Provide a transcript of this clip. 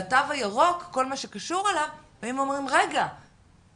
בכל מה שקשור לתו הירוק הם אומרים: או